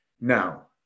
now